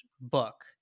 book